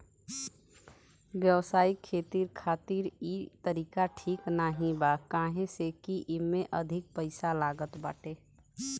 व्यावसायिक खेती खातिर इ तरीका ठीक नाही बा काहे से की एमे अधिका पईसा लागत बाटे